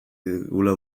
digula